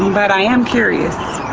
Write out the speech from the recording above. but i am curious.